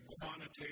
quantitative